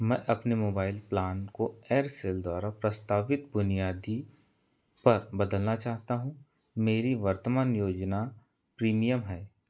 मैं अपने mobile plan को एयरसेल द्वारा प्रस्तावित बुनियादी पर बदलना चाहता हूँ मेरी वर्तमान योजना प्रीमियम है